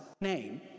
name